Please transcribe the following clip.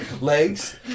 legs